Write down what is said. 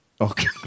Okay